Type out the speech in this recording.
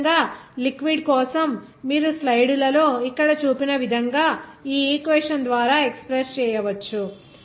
అదేవిధంగా లిక్విడ్ కోసం మీరు స్లైడ్లలో ఇక్కడ చూపిన విధంగా ఈ ఈక్వేషన్ ద్వారా ఎక్స్ప్రెస్ చేయవచ్చు